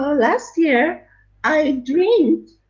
last year i dreamed,